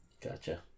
Gotcha